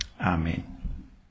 Amen